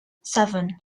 seven